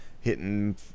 hitting